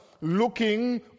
looking